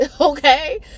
okay